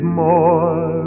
more